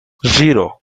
zero